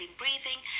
breathing